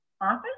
office